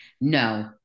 No